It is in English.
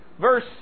verse